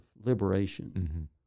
liberation